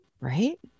Right